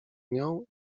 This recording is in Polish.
nią